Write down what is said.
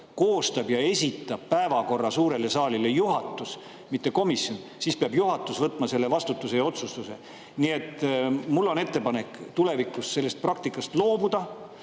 koostab ja esitab suurele saalile juhatus, mitte komisjon, siis peab juhatus võtma selle vastutuse ja [tegema] otsuse. Nii et mul on ettepanek tulevikus sellest praktikast loobuda.